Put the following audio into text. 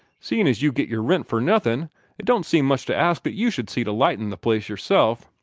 seein' as you get your rent for nothin', it don't seem much to ask that you should see to lightin' the place yourself.